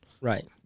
Right